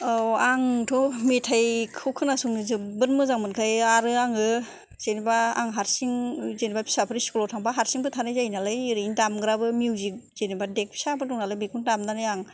औ आंथ' मेथाइखौ खोनासंनो जोबोत मोजां मोनखायो आरो आङो जेन'बा आं हारसिं जेनबा फिसाफोर स्कुलाव थांबा हारसिंबो थानाय जायो नालाय ओरैनो दामग्राबो मिउजिक जेन'बा देक फिसा बो दंनालाय बेखौ दामनानै आं